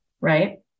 Right